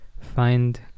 find